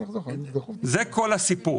זה כל הסיפור.